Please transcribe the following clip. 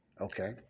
Okay